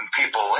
people